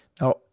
Now